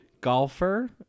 golfer